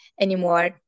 anymore